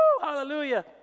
hallelujah